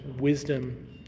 wisdom